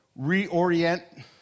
reorient